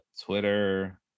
Twitter